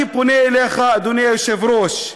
אני פונה אליך, אדוני היושב-ראש,